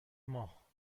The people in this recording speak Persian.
ماه